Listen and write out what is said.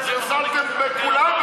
זלזלתם בכולם.